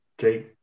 Jake